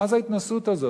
מה זאת ההתנשאות הזאת?